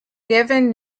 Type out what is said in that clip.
given